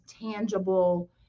tangible